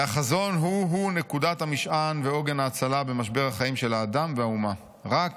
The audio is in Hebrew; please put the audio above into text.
והחזון הוא הוא נקודת המשען ועוגן ההצלה במשבר החיים של אדם ואומה: 'רק